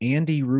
Andy